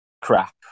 crap